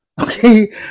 Okay